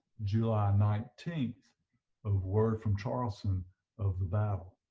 july nineteenth of word from charleston of the battle